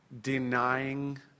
denying